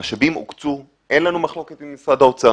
המשאבים הוקצו ואין לנו מחלוקת עם משרד האוצר.